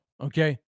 okay